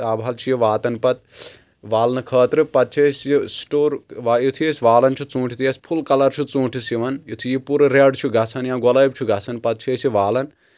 تابحل چھُ یہِ واتان پتہٕ والنہٕ خٲطرٕ پتہٕ چھِ أسۍ یہِ سٹور یُتھُے أسۍ والان چھِ ژوٗنٛٹھۍ یُتھٕے اَسہِ فُل کلر چھُ ژوٗنٛٹھِس یِوان یُتھُے یہِ پوٗرٕ ریڈ چھُ گژھان یا گۄلٲب چھُ گژھان پتہٕ چھِ أسۍ یہِ والان